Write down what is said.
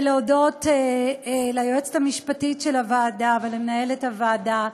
ולהודות ליועצת המשפטית של הוועדה, למנהלת הוועדה,